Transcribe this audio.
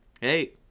Hey